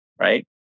Right